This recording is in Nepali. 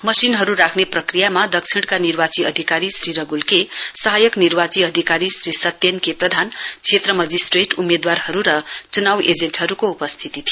मशिनहरू राख्ने प्रक्रिया दक्षिणका निर्वाची अधिकारी श्री रघ्ल के सहायक निर्वाची अधिकारी श्री सत्येन के प्रधान क्षेत्र मजिस्ट्रेट उम्मेद्वारहरू र च्नाउ एजेन्टहरूको उपस्थिति थियो